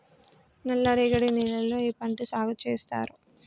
నల్లరేగడి నేలల్లో ఏ పంట సాగు చేస్తారు?